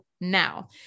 now